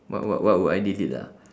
what what what would I delete ah